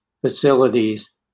facilities